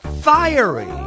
fiery